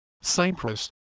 Cyprus